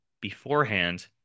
beforehand